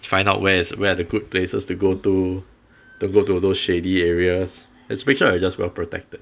find out where where are the good places to go to don't go to those shady areas just make sure you are well protected